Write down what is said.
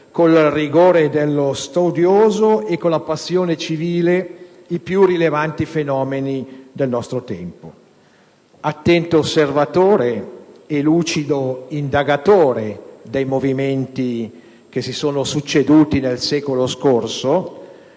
il rigore dello studioso e con la passione civile i più rilevanti fenomeni del nostro tempo. Attento osservatore e lucido indagatore dei movimenti che si sono succeduti nel secolo scorso,